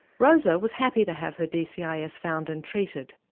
rosa was happy to have her dcis found and treated.